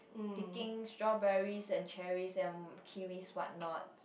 picking strawberries and cherries and kiwis walnuts